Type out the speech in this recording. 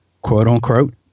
quote-unquote